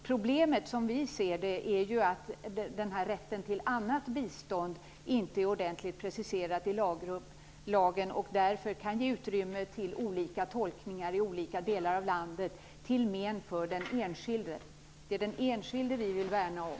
Problemet, som vi ser det, är att rätten till annat bistånd inte är ordentligt preciserad i lagen och därför kan ge utrymme för olika tolkningar i olika delar av landet till men för den enskilde. Det är den enskilde vi vill värna om.